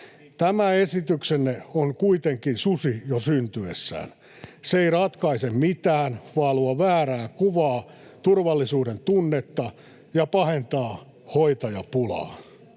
Tämä esityksenne on kuitenkin susi jo syntyessään. Se ei ratkaise mitään vaan luo väärää kuvaa ja turvallisuuden tunnetta sekä pahentaa hoitajapulaa.